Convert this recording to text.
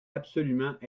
absolument